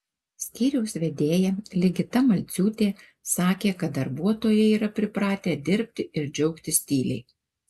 skyriaus vedėja ligita malciūtė sakė kad darbuotojai yra pripratę dirbti ir džiaugtis tyliai